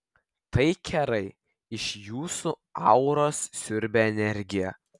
tai kerai iš jūsų auros siurbia energiją